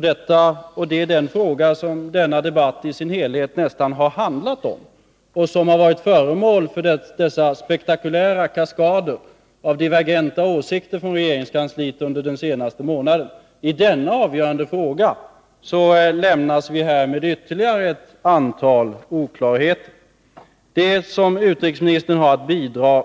Det är den frågan som denna debatt nästan i sin helhet har handlat om och som under den senaste månaden har varit föremål för dessa spektakulära kaskader av divergenta åsikter från regeringskansliet. I denna avgörande fråga lämnas vi med ytterligare ett antal oklarheter. Det som utrikesministern har att bidra